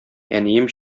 әнием